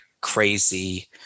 crazy